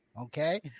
Okay